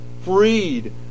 freed